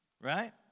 right